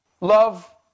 love